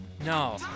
No